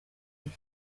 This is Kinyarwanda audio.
gihe